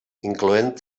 incloent